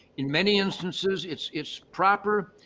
in many instances, it's it's proper,